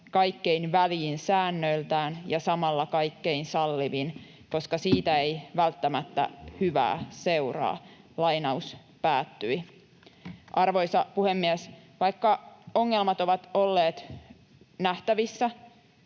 kaikkein väljin säännöiltään ja samalla kaikkein sallivin, koska siitä ei välttämättä hyvää seuraa.” Arvoisa puhemies! Vaikka ongelmat ovat olleet nähtävissä